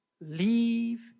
Leave